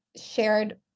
shared